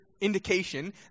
indication